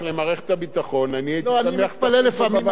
אני מתפלא לפעמים על משרד המשפטים.